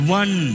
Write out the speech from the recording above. one